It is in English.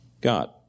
God